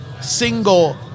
single